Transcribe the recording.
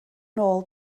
nôl